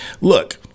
look